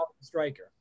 striker